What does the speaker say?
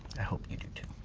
i hope you do too.